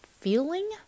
feeling